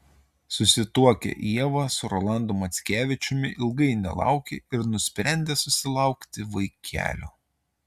susituokę ieva su rolandu mackevičiumi ilgai nelaukė ir nusprendė susilaukti vaikelio